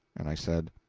and i said